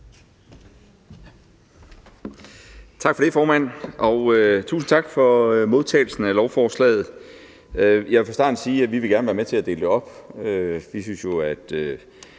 Tak for det, formand. Tusind tak for modtagelsen af lovforslaget. Jeg vil fra starten sige, at vi gerne vil være med til at dele det op. Vi synes jo, at